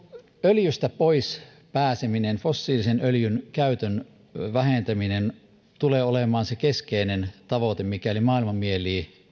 öljystä pois pääseminen fossiilisen öljyn käytön vähentäminen tulee olemaan se keskeinen tavoite mikäli maailma mielii